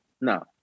no